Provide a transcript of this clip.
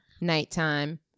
nighttime